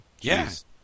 Yes